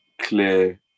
clear